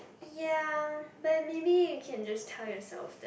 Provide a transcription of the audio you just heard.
ya but maybe you can just tell yourself that